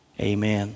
Amen